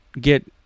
get